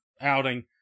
outing